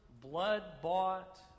blood-bought